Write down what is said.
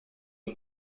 aux